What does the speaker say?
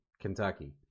Kentucky